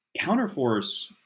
Counterforce